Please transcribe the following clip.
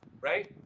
right